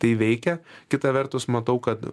tai veikia kita vertus matau kad